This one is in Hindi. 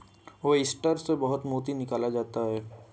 ओयस्टर से बहुत मोती निकाला जाता है